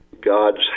God's